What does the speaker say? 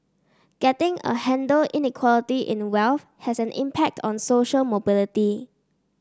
getting a handle Inequality in wealth has an impact on social mobility